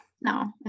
No